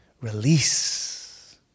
release